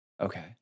Okay